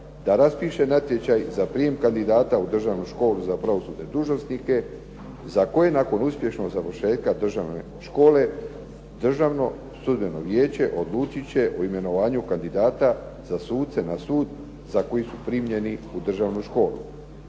raspiše natječaj za prijem kandidata u Državnu školu za pravosudne dužnosnike za koje nakon uspješnog završetka državne škole, Državno sudbeno vijeće odlučit će o imenovanju kandidata za sude na sud za koji su primljeni u Državnu školu.